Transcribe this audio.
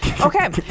Okay